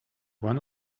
one